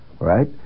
right